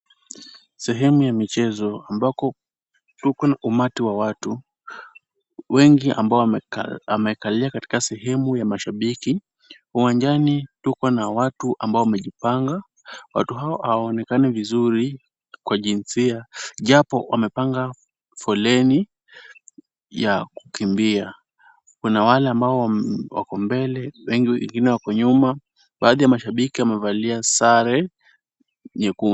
Sehemu ya michezo ambako tuko na umati wa watu, wengi ambao wamekalia katika sehemu ya mashabiki. Uwanjani tuko na watu ambao wamejipanga. Watu hao hawaonekani vizuri kwa jinsia japo wamepanga foleni ya kukimbia. Kuna wale ambao wako mbele wengine wako nyuma, baadhi ya mashabiki wamevalia sare nyekundu.